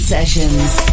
Sessions